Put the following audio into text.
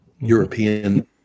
European